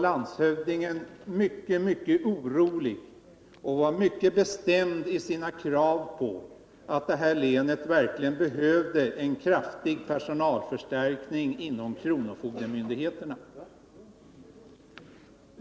Han var också mycket bestämd i sina krav på att det här länet verkligen behöver en kraftig personalförstärkning inom kronofogdemyndigheterna.